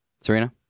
Serena